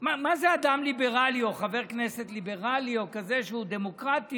מה זה אדם ליברלי או חבר כנסת ליברלי או כזה שהוא דמוקרטי,